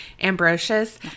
Ambrosius